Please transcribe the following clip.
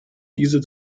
diese